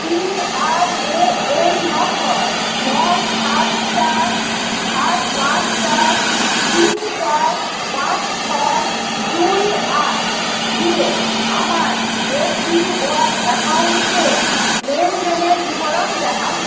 PRAN number নয় সাত চার সাত পাঁচ চার তিন চার পাঁচ ছয় দুই আট দিয়ে আমার এপিওয়াই অ্যাকাউন্টের লেনদেনের বিবরণ দেখান